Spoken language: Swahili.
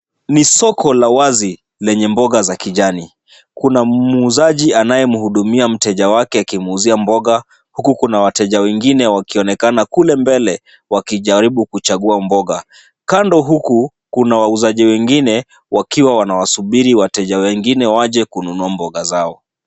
Ni soko la wazi lenye mboga za kijani. Kuna muuzaji anaye mhudumia mteja wake akimuuzia mboga huku kuna wateja wengine wakionekana kule mbele wakijaribu kuchagua mboga. Kando huku kuna wauzaji wengine wakiwa wanawasubiri wateja wengine waje kununua mboga zao.